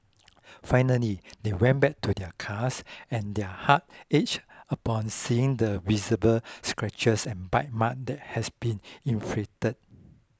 finally they went back to their cars and their hearts ached upon seeing the visible scratches and bite marks that has been inflicted